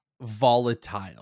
Volatile